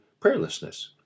prayerlessness